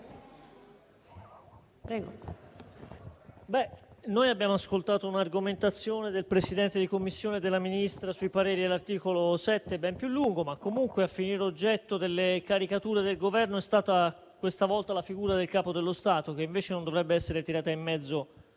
noi abbiamo ascoltato le argomentazioni del Presidente di Commissione e della Ministra sui pareri all'articolo 7 ben più lunghe, ma comunque a finire oggetto delle caricature del Governo è stata questa volta la figura del Capo dello Stato, che invece non dovrebbe essere tirata in mezzo